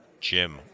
Jim